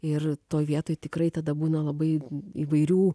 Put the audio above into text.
ir toj vietoj tikrai tada būna labai įvairių